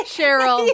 Cheryl